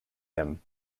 him